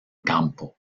campo